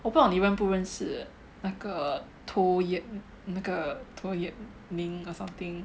我不懂你认不认识的那个 Toh Yap 那个 Toh Yap Ming or something